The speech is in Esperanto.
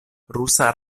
rusa